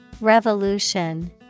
Revolution